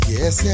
Yes